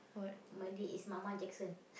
Malay is mama Jackson